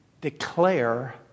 declare